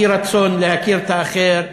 אי-רצון להכיר את האחר,